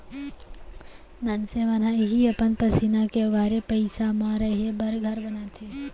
मनसे मन ह इहीं अपन पसीना के ओगारे पइसा म रहें बर घर बनाथे